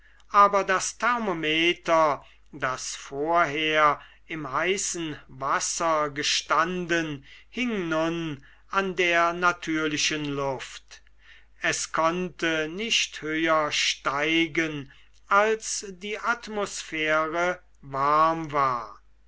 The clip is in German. aber das thermometer das vorher im heißen wasser gestanden hing nun an der natürlichen luft es konnte nicht höher steigen als die atmosphäre warm war